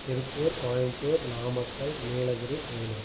Tiruppur Coimbatore Namakkal Nilgiri Vellore